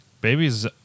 Babies